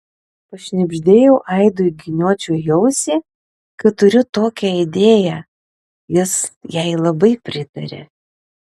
pašnabždėjau aidui giniočiui į ausį kad turiu tokią idėją jis jai labai pritarė